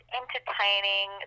entertaining